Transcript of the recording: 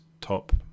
top